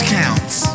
counts